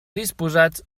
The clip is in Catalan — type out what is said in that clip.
disposats